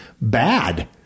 bad